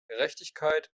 gerechtigkeit